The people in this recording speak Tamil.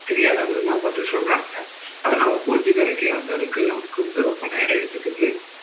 தெரியாததெலாம் பார்த்து சொல்கிறாங்க அத நம்ம புரிஞ்சிக்கிறக்கே வந்து அதுக்கு நமக்கு வந்து ரொம்ப நேரம் எடுத்துக்குது